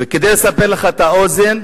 וכדי לסבר לך את האוזן,